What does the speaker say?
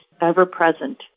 ever-present